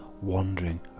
wandering